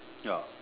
ya